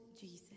Jesus